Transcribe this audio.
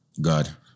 God